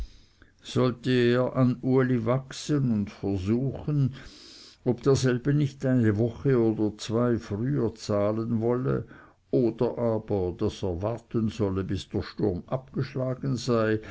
sollte er an uli wachsen und versuchen ob derselbe nicht eine woche oder zwei früher zahlen wolle oder aber daß er warten solle bis der sturm abgeschlagen sei